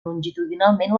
longitudinalment